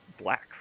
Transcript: black